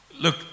Look